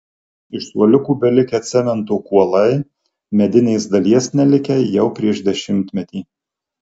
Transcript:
iš suoliukų belikę cemento kuolai medinės dalies nelikę jau prieš dešimtmetį